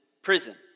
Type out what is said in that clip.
Prison